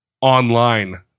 online